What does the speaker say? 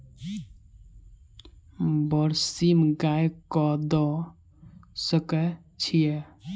बरसीम गाय कऽ दऽ सकय छीयै?